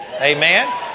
Amen